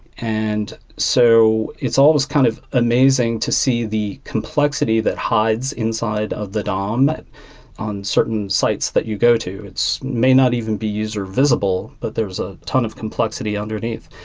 and so it's always kind of amazing to see the complexity that hides inside of the dom on certain sites that you go to. it may not even be user visible, but there's a ton of complexity underneath.